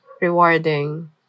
rewarding